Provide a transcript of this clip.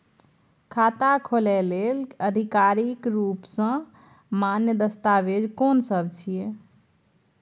खाता खोले लेल आधिकारिक रूप स मान्य दस्तावेज कोन सब छिए?